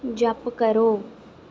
jump करो